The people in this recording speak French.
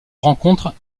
rencontre